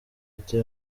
ati